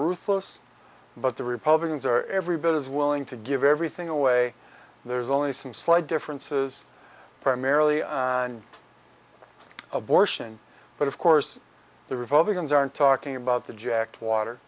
ruthless but the republicans are every bit as willing to give everything away there's only some slight differences primarily on abortion but of course the republicans aren't talking about the jacked water